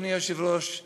אדוני היושב-ראש,